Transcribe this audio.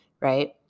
right